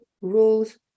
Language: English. rules